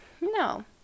No